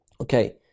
okay